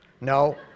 No